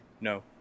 No